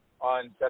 on